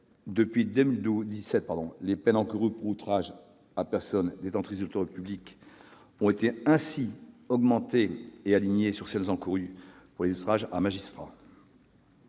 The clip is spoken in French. Depuis 2017, les peines encourues pour outrage à personne détentrice de l'autorité publique ont ainsi été augmentées et alignées sur celles encourues pour les outrages à magistrat.